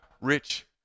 rich